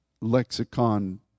lexicon